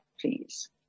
please